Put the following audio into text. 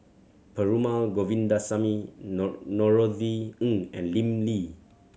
Perumal Govindaswamy Norothy Ng and Lim Lee